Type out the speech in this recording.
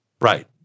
Right